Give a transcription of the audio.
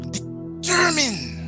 Determined